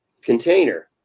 container